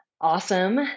Awesome